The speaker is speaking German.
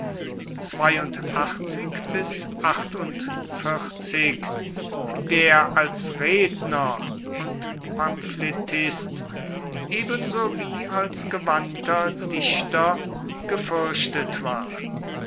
der als redner und pamphletist ebenso wie als gewandter dichter gefürchtet war